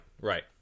right